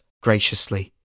graciously